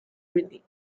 relief